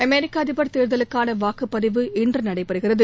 அமெரிக்க அதிபர் தேர்தலுக்கான வாக்குப்பதிவு இன்று நடைபெறுகிறது